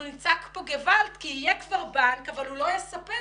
אנחנו נצעק כאן גוועלד כי יהיה כבר בנק אבל הוא לא יספק.